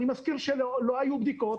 אני מזכיר שלא היו בדיקות,